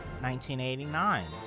1989